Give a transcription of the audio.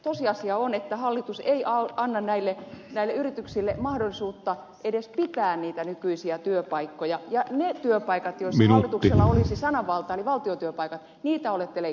tosiasia on että hallitus ei anna näille yrityksille mahdollisuutta edes pitää niitä nykyisiä työpaikkoja ja niitä työpaikkoja joissa hallituksella olisi sananvaltaa valtiotyöpaikkoja olette leikkaamassa